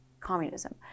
Communism